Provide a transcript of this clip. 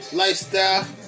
lifestyle